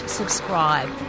subscribe